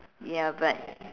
ya but